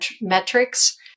metrics